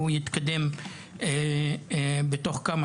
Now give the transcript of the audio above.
והוא יתקדם בתוך כמה